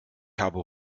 habe